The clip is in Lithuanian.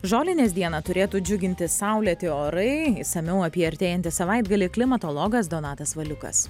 žolinės dieną turėtų džiuginti saulėti orai išsamiau apie artėjantį savaitgalį klimatologas donatas valiukas